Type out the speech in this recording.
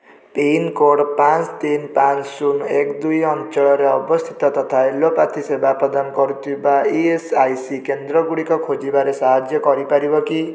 pincode ପାଞ୍ଚ ତିନି ପାଞ୍ଚ ଶୂନ ଏକ ଦୁଇ ଅଞ୍ଚଳରେ ଅବସ୍ଥିତ ତଥା ଏଲୋପାଥି ସେବା ପ୍ରଦାନ କରୁଥିବା ଇ ଏସ୍ ଆଇ ସି କେନ୍ଦ୍ର ଗୁଡ଼ିକ ଖୋଜିବାରେ ସାହାଯ୍ୟ କରିପାରିବ କି